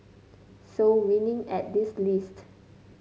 so winning at this list